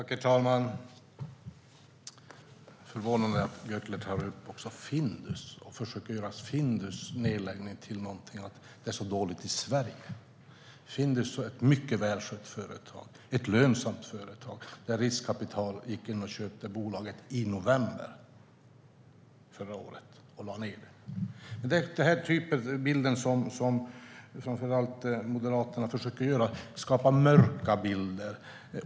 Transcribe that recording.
Herr talman! Det är förvånande att Jonas Jacobsson Gjörtler tar upp Findus också och försöker hävda att nedläggningen av Findus har att göra med att det är så dåligt i Sverige. Findus var ett mycket välskött och lönsamt företag som riskkapitalister köpte i november förra året och lade ned. Framför allt Moderaterna försöker skapa mörka bilder.